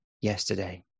yesterday